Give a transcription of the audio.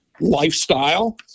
lifestyle